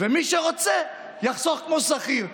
ומי שרוצה יחסוך כמו שכיר.